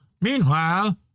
meanwhile